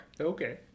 Okay